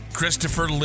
Christopher